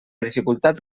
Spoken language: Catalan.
dificultat